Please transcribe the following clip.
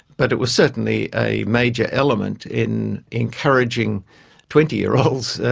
but it was certainly a major element in encouraging twenty year olds,